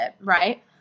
Right